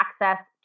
access